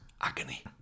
agony